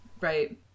Right